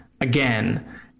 again